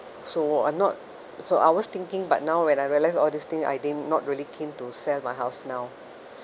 so I'm not so I was thinking but now when I realise all this thing I didn~ not really keen to sell my house now